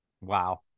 Wow